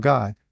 God